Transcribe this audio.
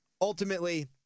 ultimately